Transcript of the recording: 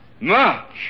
march